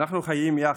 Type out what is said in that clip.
אנחנו חיים יחד,